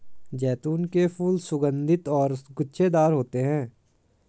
जैतून के फूल सुगन्धित और गुच्छेदार होते हैं